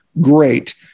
Great